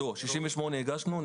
68 הגשנו,